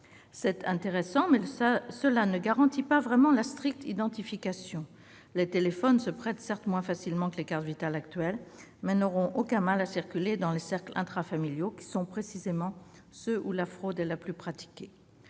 est intéressante, mais elle ne garantit pas vraiment la stricte identification. Les téléphones se prêtent certes moins facilement que les cartes Vitale actuelles. Toutefois, ils circuleront sans aucun mal dans les cercles intrafamiliaux, qui sont précisément ceux où la fraude est la plus pratiquée.